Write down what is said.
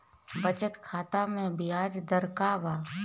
बचत खाता मे ब्याज दर का बा?